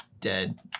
dead